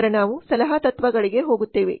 ನಂತರ ನಾವು ಸಲಹಾ ತತ್ವಗಳಿಗೆ ಹೋಗುತ್ತೇವೆ